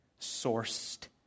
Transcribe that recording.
sourced